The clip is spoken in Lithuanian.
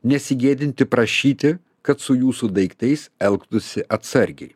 nesigėdinti prašyti kad su jūsų daiktais elgtųsi atsargiai